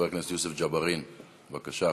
חבר הכנסת יוסף ג'בארין, בבקשה.